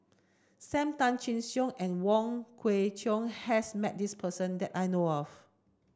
Sam Tan Chin Siong and Wong Kwei Cheong has met this person that I know of